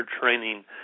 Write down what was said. training